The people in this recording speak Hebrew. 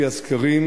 לפי הסקרים